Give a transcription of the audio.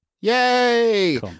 Yay